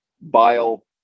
bile